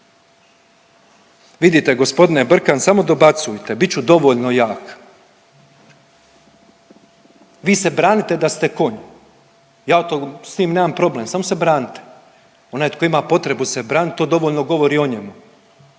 Vidite g. Brkan samo dobacujte, bit ću dovoljno jak. Vi se branite da ste konj, ja s tim nemam problem, samo se branite, onaj tko ima potrebu se branit to dovoljno govori o njemu.